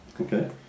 Okay